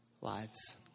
lives